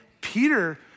Peter